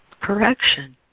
correction